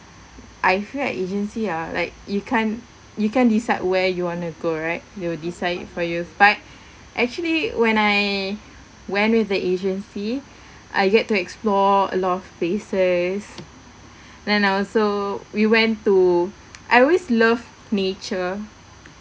I heard agency ah like you can't you can't decide where you want to go right they will decide it for you but actually when I went with the agency I get to explore a lot of places then I also we went to I always love nature